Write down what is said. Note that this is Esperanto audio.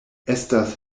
estas